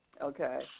Okay